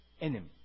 enemy